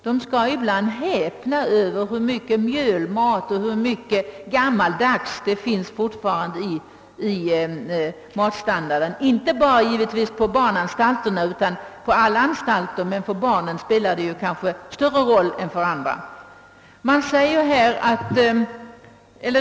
Då kommer de ibland att häpna över hur mycket mjölmat och gammaldags mat som fortfarande förekommer, givetvis inte endast på barnanstalterna utan på alla anstalter, men för barnen spelar kosten kanske större roll än för vuxna människor.